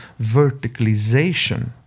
verticalization